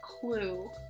clue